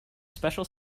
special